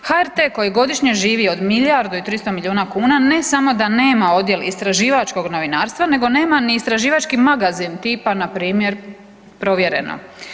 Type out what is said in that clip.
HRT koji godišnje živi od milijardu i 300 miliona kuna ne samo da nema odjel istraživačkog novinarstva nego nema ni istraživački magazin tipa npr. Provjereno.